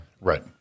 right